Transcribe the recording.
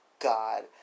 God